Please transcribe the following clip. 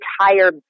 entire